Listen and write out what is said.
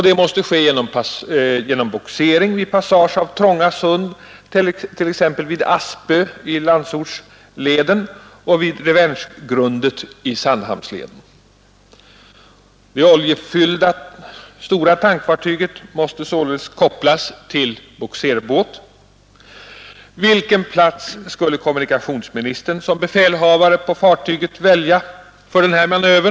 Detta måste ske genom bogsering vid passage av trånga sund, t.ex. vid Aspö i Landsortsleden och vid Revengegrundet i Sandhamnsleden. Det oljefyllda stora tankfartyget måste således kopplas till bogserbåt. Vilken plats skullekommunikationsministern som befälhavare på fartyget välja för denna manöver?